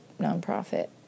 nonprofit